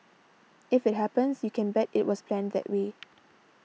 if it happens you can bet it was planned that way